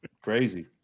Crazy